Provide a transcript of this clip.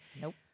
Nope